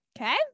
okay